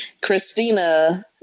Christina